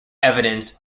evidence